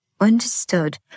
understood